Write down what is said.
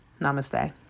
Namaste